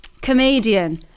Comedian